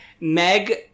Meg